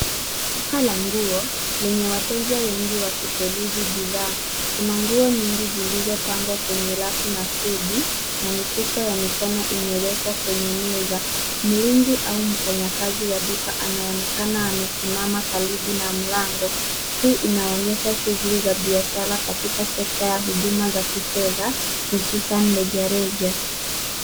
Duka la nguo, lenye wateja wengi wakiperuzi bidhaa. Kuna nguo nyingi zilizopangwa kwenye rafu na stendi na mifuko ya mikono imewekwa kwenye meza. Mlinzi au mfanyakazi wa duka anaonekana amesimama karibu na mlango. Hii inaonyesha shughuli za biashara katika sekta ya huduma za kifedha hususan rejareja.